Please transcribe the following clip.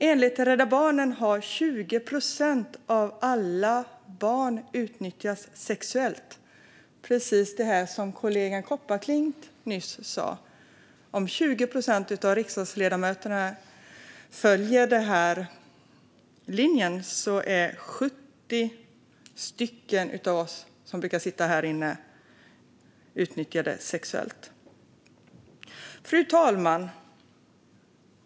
Enligt Rädda Barnen har 20 procent av alla barn utnyttjats sexuellt. Precis som kollegan Kopparklint sa innebär det att 70 av oss riksdagsledamöter kan ha utnyttjats sexuellt som barn. Fru talman!